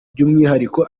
by’umwihariko